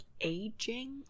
aging